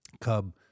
cub